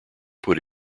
put